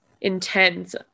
intense